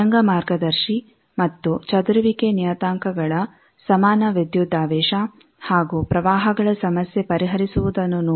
ತರಂಗ ಮಾರ್ಗದರ್ಶಿ ಮತ್ತು ಚದುರುವಿಕೆ ನಿಯತಾಂಕಗಳ ಸಮಾನ ವಿದ್ಯುದಾವೇಶ ಹಾಗೂ ಪ್ರವಾಹಗಳ ಸಮಸ್ಯೆ ಪರಿಹರಿಸುವುದನ್ನು ನೋಡೋಣ